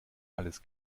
alles